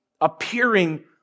appearing